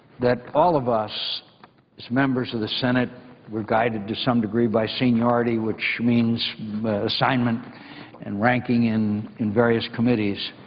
that all of us as members of the senate were guided to some degree by seniority, which means assignment and ranking in in various committees,